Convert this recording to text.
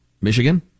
Michigan